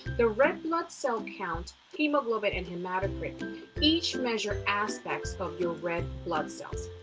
the red blood cell count, hemoglobin and hematocrit each measure aspects of your red blood cells.